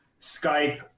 Skype